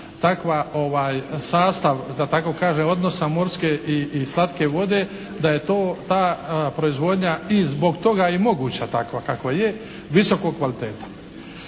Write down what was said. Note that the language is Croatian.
takva sastav da tako kažem odnosa morske i slatke vode, da je to ta proizvodnja i zbog toga je i moguća takva kakva je, visokog kvaliteta.